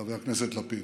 חבר הכנסת לפיד.